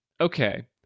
Okay